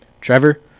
Trevor